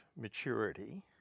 maturity